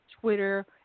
Twitter